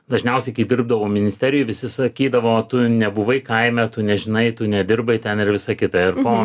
dažniausiai kai dirbdavau ministerijoj visi sakydavo tu nebuvai kaime tu nežinai tu nedirbai ten ir visa kita o